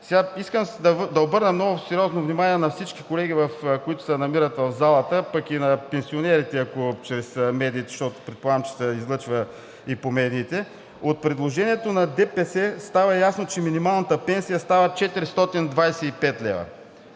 Искам да обърна много сериозно внимание на всички колеги, които се намират в залата, пък и на пенсионерите чрез медиите, защото, предполагам, че се излъчва и по медиите – от предложението на ДПС става ясно, че минималната пенсия става 425 лв.